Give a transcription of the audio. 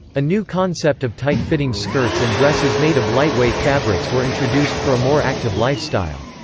a new concept of tight fitting skirts and dresses made of lightweight fabrics were introduced for a more active lifestyle.